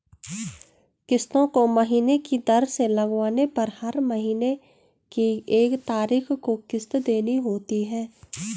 किस्तों को महीने की दर से लगवाने पर हर महीने की एक तारीख को किस्त देनी होती है